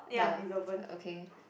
the okay